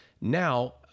now